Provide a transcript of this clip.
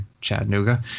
Chattanooga